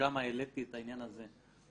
שם העליתי את הנושא הזה,